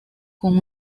con